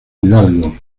hidalgo